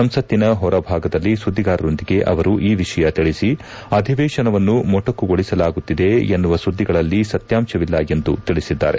ಸಂಸತ್ತಿನ ಹೊರಭಾಗದಲ್ಲಿ ಸುದ್ದಿಗಾರರೊಂದಿಗೆ ಅವರು ಈ ವಿಷಯ ತಿಳಿಸಿ ಅಧಿವೇಶನವನ್ನು ಮೊಟಕುಗೊಳಿಸಲಾಗುತ್ತಿದೆ ಎನ್ನುವ ಸುದ್ದಿಗಳಲ್ಲಿ ಸತ್ಕಾಂಶವಿಲ್ಲ ಎಂದು ತಿಳಿಸಿದ್ದಾರೆ